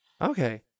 Okay